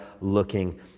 looking